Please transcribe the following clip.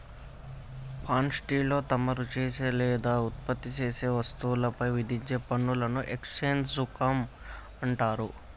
పాన్ట్రీలో తమరు చేసే లేదా ఉత్పత్తి చేసే వస్తువులపై విధించే పనులను ఎక్స్చేంజ్ సుంకం అంటారు